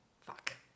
Fuck